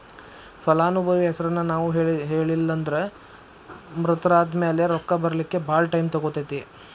ಫಲಾನುಭವಿ ಹೆಸರನ್ನ ನಾವು ಹೇಳಿಲ್ಲನ್ದ್ರ ಮೃತರಾದ್ಮ್ಯಾಲೆ ರೊಕ್ಕ ಬರ್ಲಿಕ್ಕೆ ಭಾಳ್ ಟೈಮ್ ತಗೊತೇತಿ